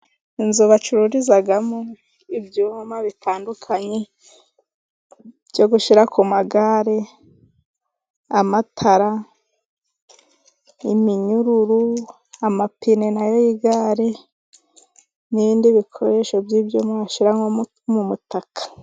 Inzu bacururizamo ibyuma bitandukanye byo gushyira ku magare. Amatara, iminyururu, amapine na yo y'igare n'ibindi bikoresho by'ibyuma bashyira nko mu mutaka.